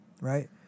right